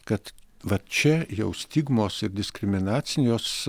kad va čia jau stigmos ir diskriminacijos